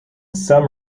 some